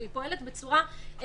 והיא פועלת בצורה מיטבית,